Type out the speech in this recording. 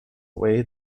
way